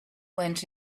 went